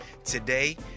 Today